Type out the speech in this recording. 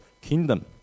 kingdom